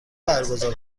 برگزار